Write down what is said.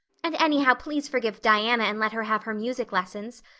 and anyhow, please forgive diana and let her have her music lessons.